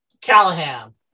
Callahan